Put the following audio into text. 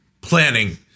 planning